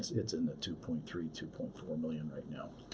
it's in the two point three, two point four million right now.